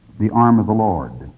the arm of the lord.